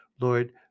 Lord